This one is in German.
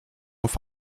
auf